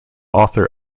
author